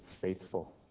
faithful